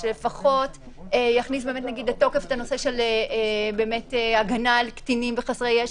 שלפחות יכניס נגיד לתוקף את הנושא של הגנה על קטינים וחסרי ישע,